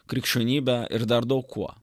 krikščionybe ir dar daug kuo